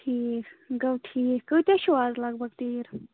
ٹھیٖک گوٚو ٹھیٖک کۭتیٛاہ چھُو آز لگ بگ تیٖر